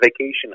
vacation